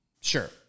sure